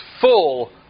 full